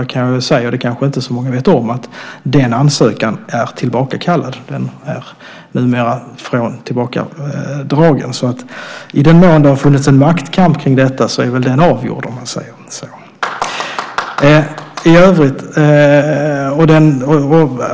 Där kan jag väl säga det som kanske inte så många vet om, nämligen att den ansökan är tillbakakallad. Den är alltså numera tillbakadragen. I den mån det har funnits en maktkamp om detta är den väl därmed avgjord.